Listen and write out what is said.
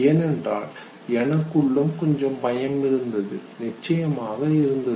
ஏனென்றால் எனக்குள்ளும் கொஞ்சம் பயம் இருந்தது நிச்சயமாக இருந்தது